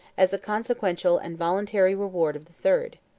as a consequential and voluntary reward of the third.